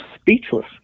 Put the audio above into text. speechless